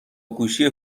گوشی